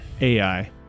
AI